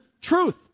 truth